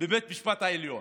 בבית המשפט העליון.